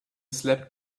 slept